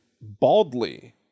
baldly